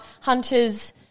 Hunter's